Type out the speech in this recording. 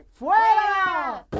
fuera